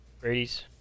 Brady's